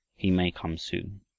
he may come soon.